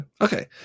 Okay